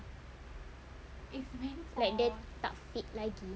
like dia tak fit lagi